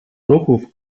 ruchów